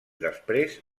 després